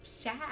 sad